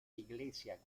iglesia